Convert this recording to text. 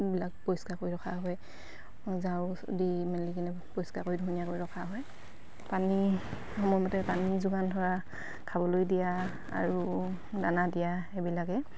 বিলাক পৰিষ্কাৰ কৰি ৰখা হয় জাৰু দি মেলি কিনে পৰিষ্কাৰ কৰি ধুনীয়াকৈ ৰখা হয় পানী সময়মতে পানী যোগান ধৰা খাবলৈ দিয়া আৰু দানা দিয়া সেইবিলাকেই